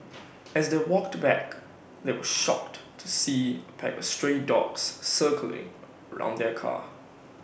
as they walked back they were shocked to see A pack of stray dogs circling around their car